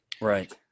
Right